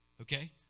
Okay